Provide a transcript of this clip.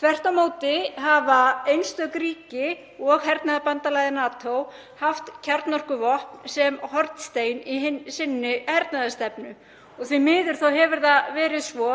Þvert á móti hafa einstök ríki og hernaðarbandalagið NATO haft kjarnorkuvopn sem hornstein í hernaðarstefnu sinni. Því miður hefur það verið svo